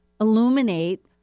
illuminate